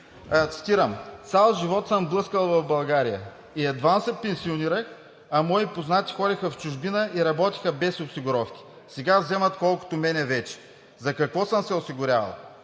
Цитирам: „Цял живот съм блъскал в България и едвам се пенсионирах, а мои познати ходиха в чужбина и работиха без осигуровки, сега вече вземат колкото мене. За какво съм се осигурявал?“